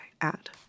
Add